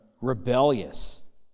rebellious